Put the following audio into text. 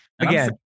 Again